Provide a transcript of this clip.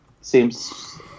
seems